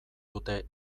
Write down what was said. dute